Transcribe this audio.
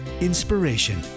Inspiration